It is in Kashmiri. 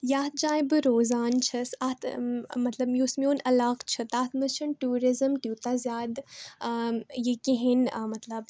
یَتھ جایہِ بہٕ روزان چھَس اَتھ مطلب یُس میٛون علاقہٕ چھُ تَتھ منٛز چھِنہٕ ٹیٛوٗرِزٕم تیٛوٗتاہ زیادٕ یہِ کِہیٖنٛۍ مطلب